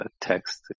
text